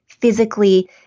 physically